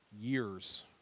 years